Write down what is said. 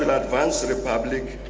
advance to the public,